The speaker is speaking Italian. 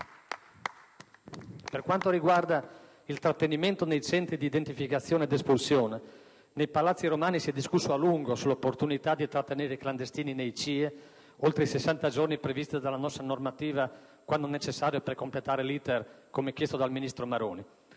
Per quanto riguarda il trattenimento nei centri di identificazione ed espulsione, nei palazzi romani si è discusso a lungo sull'opportunità di trattenere i clandestini nei CIE oltre i sessanta giorni previsti dalla nostra normativa, quando necessario per completare l'*iter*, come chiesto dal ministro Maroni.